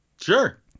Sure